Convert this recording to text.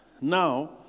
Now